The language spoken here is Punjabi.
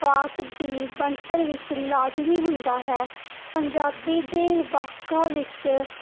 ਵਾਕ ਦੀ ਬਣਤਰ ਵਿੱਚ ਲਾਜ਼ਮੀ ਹੁੰਦਾ ਹੈ ਪੰਜਾਬੀ ਦੇ ਵਾਕਾਂ ਵਿੱਚ